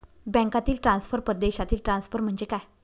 बँकांतील ट्रान्सफर, परदेशातील ट्रान्सफर म्हणजे काय?